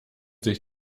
sich